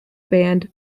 band